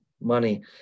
money